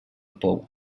pou